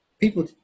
people